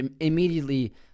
immediately